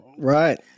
Right